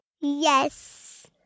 Yes